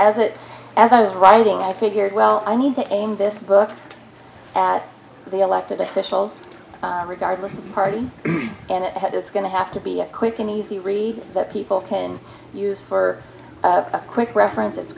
as it as i was writing i figured well i need to aim this book at the elected officials regardless of party and head it's going to have to be a quick and easy read that people can use for a quick reference it's